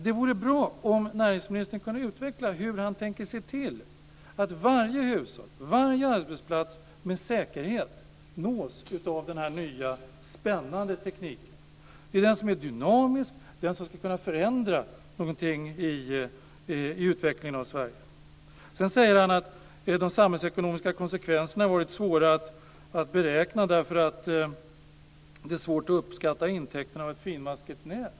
Det vore bra om näringsministern kunde utveckla hur han tänker se till att varje hushåll och varje arbetsplats med säkerhet nås av denna nya spännande teknik. Det är den som är dynamisk och som ska kunna förändra någonting i utvecklingen av Sverige. Näringsministern säger att de samhällsekonomiska konsekvenserna har varit svåra att beräkna därför att det är svårt att uppskatta intäkten av ett finmaskigt nät.